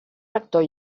rector